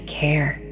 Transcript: care